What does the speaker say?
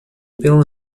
pela